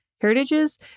heritages